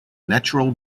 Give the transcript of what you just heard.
natural